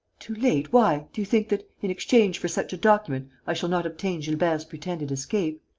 too late? why? do you think that, in exchange for such a document, i shall not obtain gilbert's pretended escape.